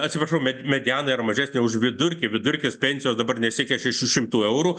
atsiprašau me mediana yra mažesnė už vidurkį vidurkis pensijos dabar nesiekia šešių šimtų eurų